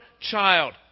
child